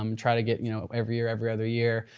um try to get you know every year, every other year,